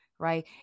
right